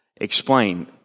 Explain